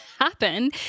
happen